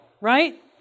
right